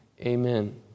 Amen